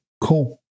cool